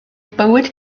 bywyd